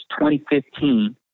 2015